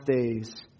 days